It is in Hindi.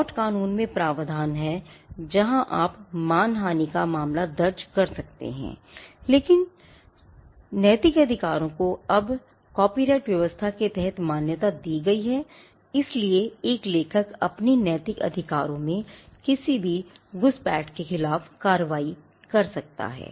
टोर्ट क़ानून में प्रावधान हैं जहां आप मानहानि का मामला दर्ज कर सकते हैं लेकिन चूंकि नैतिक अधिकारों को अब कॉपीराइट व्यवस्था के तहत मान्यता दी गई है इसलिए एक लेखक अपने नैतिक अधिकारों में किसी भी घुसपैठ के खिलाफ कार्रवाई कर सकता है